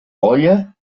olla